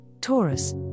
Taurus